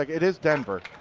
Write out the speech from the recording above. like it is denver.